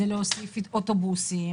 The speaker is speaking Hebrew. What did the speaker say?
מדובר על להוסיף אוטובוסים,